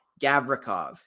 Gavrikov